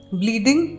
bleeding